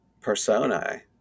persona